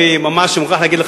אני ממש מוכרח להגיד לך,